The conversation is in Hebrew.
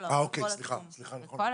אוקיי, נכון.